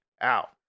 out